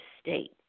state